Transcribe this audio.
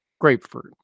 grapefruit